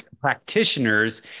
practitioners –